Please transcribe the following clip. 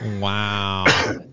Wow